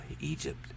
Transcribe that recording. Egypt